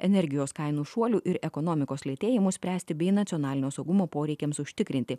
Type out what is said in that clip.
energijos kainų šuolių ir ekonomikos lėtėjimu spręsti bei nacionalinio saugumo poreikiams užtikrinti